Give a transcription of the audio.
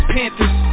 Panthers